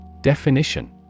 Definition